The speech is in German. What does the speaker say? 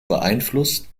beeinflusst